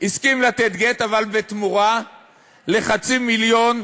הסכים לתת גט, אבל בתמורה לחצי מיליון.